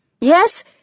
Yes